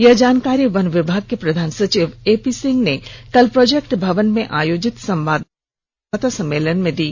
यह जानकारी वन विभाग के प्रधान संचिव एपी सिंह ने कल प्रोजेक्ट भवन में आयोजित संवाददाता सम्मेलन में दी